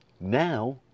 Now